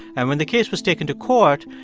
and when the case was taken to court,